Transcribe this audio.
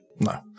No